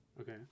Okay